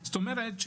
ילדים?